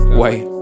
wait